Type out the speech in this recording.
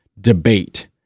debate